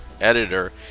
editor